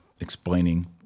explaining